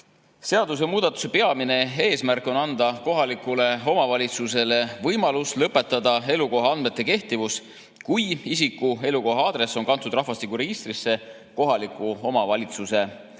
eelnõu. Seadusemuudatuse peamine eesmärk on anda kohalikule omavalitsusele võimalus lõpetada elukoha andmete kehtivus, kui isiku elukoha aadress on kantud rahvastikuregistrisse kohaliku omavalitsuse täpsusega.